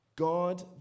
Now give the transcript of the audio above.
God